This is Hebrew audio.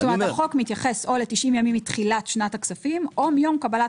החוק מתייחס ל-90 ימים או מתחילת שנת הכספים או מיום קבלת